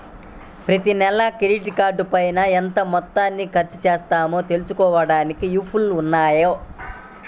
ప్రతినెలా క్రెడిట్ కార్డుపైన ఎంత మొత్తాన్ని ఖర్చుచేశామో తెలుసుకోడానికి యాప్లు ఉన్నయ్యి